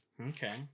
Okay